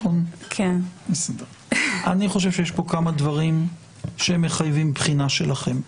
אני חושב שיש פה כמה דברים שמחייבים בחינה שלכם,